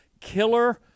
killer